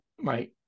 Right